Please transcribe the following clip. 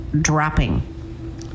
dropping